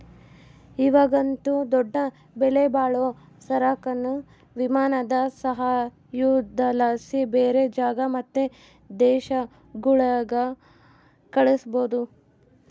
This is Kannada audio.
ಇವಾಗಂತೂ ದೊಡ್ಡ ಬೆಲೆಬಾಳೋ ಸರಕುನ್ನ ವಿಮಾನದ ಸಹಾಯುದ್ಲಾಸಿ ಬ್ಯಾರೆ ಜಾಗ ಮತ್ತೆ ದೇಶಗುಳ್ಗೆ ಕಳಿಸ್ಬೋದು